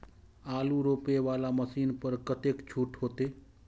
आलू रोपे वाला मशीन पर कतेक छूट होते?